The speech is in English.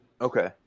Okay